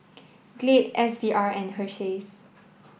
Glade S V R and Hersheys